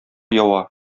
ява